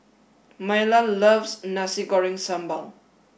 Myla loves Nasi Goreng Sambal